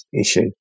issue